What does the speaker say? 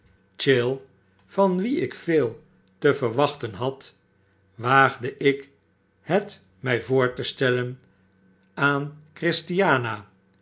chill van wien ik veel te verwachten had waagde ik het my voor te stellen aan christiana